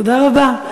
תודה רבה.